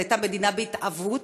זאת הייתה מדינה בהתהוות.